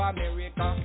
America